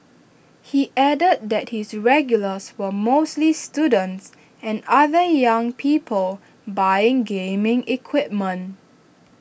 he added that his regulars were mostly students and other young people buying gaming equipment